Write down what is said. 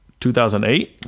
2008